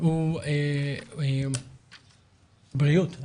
הוא בריאות.